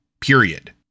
period